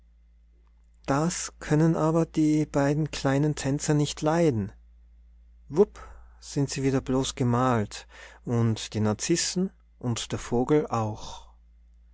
das können aber die beiden kleinen tänzer nicht leiden wupp sind sie wieder blos gemalt und die narzissen und der vogel auch